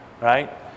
right